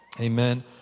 Amen